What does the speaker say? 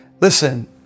listen